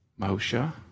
Moshe